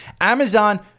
Amazon